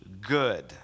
good